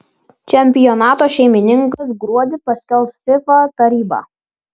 čempionato šeimininkus gruodį paskelbs fifa taryba